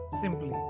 simply